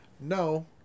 No